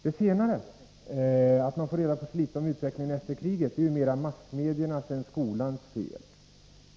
Det senare är kanske mera massmediernas än skolans fel.